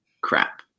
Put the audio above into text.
Crap